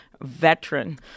veteran